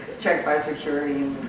checked by security